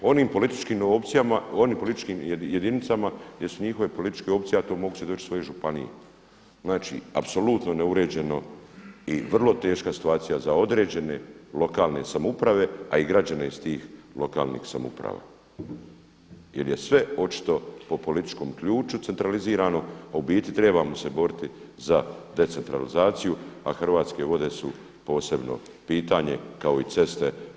Onim političkim opcijama, onim političkim jedinicama gdje su njihove političke opcije ja to mogu svjedočiti u svojoj županiji, apsolutno neuređeno i vrlo teška je situacija za određene lokalne samouprave a i građane iz tih lokalnih samouprava jer je sve očito po političkom ključu centralizirano a u biti trebamo se boriti za decentralizaciju a Hrvatske vode su posebno pitanje kako i cesta.